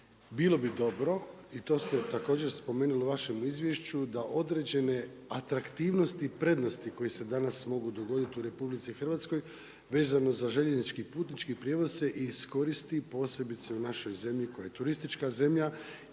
bilo bi dobro i to ste također spomenuli u vašem izvješću da određene atraktivnosti i prednosti koje se danas mogu dogoditi u RH vezano za željeznički i putnički prijevoz se iskoristi posebice u našoj zemlji koja je turistička zemlja